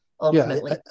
ultimately